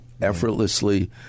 effortlessly